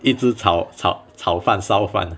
一直炒炒炒饭烧饭 ah